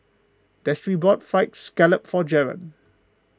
Destry bought Fried Scallop for Jaron